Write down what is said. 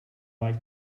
like